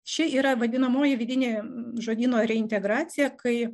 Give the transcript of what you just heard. čia yra vadinamoji vidinė žodyno reintegracija kai